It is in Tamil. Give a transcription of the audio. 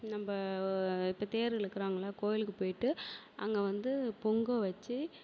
நம்ப இப்ப தேர் இழுக்குறாங்கள்ல கோயிலுக்கு போயிட்டு அங்கே வந்து பொங்கல் வச்சு